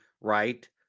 right